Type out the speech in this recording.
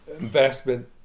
investment